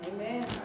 Amen